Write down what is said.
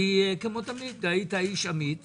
כמו תמיד, היית איש אמיץ